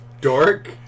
Dork